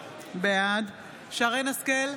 בעד שרן מרים השכל,